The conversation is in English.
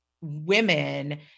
women